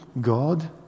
God